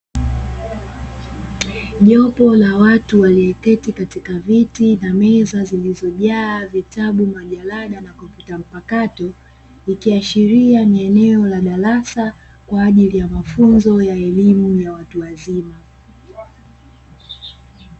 Jopo la watu walioketi katika viti na meza zilizojaa vitabu, majalada na kompyuta mpakato. Ikiashiria ni eneo la darasa kwa ajili ya mafunzo ya elimu ya watu wazima.